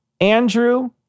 Andrew